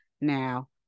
Now